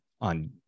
on